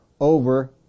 over